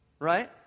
right